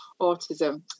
autism